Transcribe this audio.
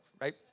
right